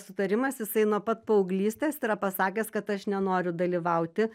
sutarimas jisai nuo pat paauglystės yra pasakęs kad aš nenoriu dalyvauti